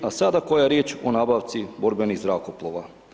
A sada koja riječ o nabavci borbenih zrakoplova.